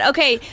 Okay